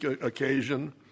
occasion